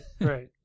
right